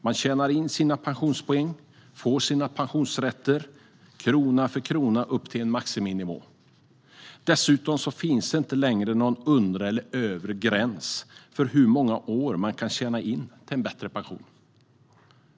Man tjänar in sina pensionspoäng och får sina pensionsrätter, krona för krona, upp till en maximinivå. Dessutom finns det inte längre någon undre eller övre gräns för under hur många år man kan tjäna in till en bättre pension.